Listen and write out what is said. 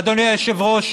אדוני היושב-ראש,